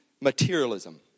materialism